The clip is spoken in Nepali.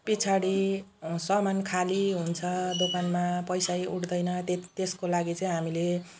पछाडी सामान खाली हुन्छ दोकानमा पैसै उठ्दैन त्यसको लागि चाहिँ हामीले